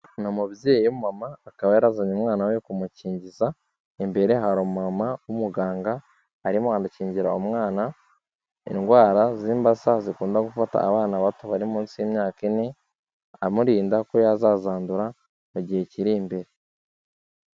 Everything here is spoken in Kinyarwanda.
Ni umubyeyi w'umumama, akaba yarazanye umwana we kumukingiza, imbere hari umu w'umuganga arimo anakingira umwana indwara z'imbasa zikunda gufata abana bato bari munsi y'imyaka ine, amurinda ko yazazandura mu gihe kiri imbere.